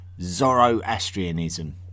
Zoroastrianism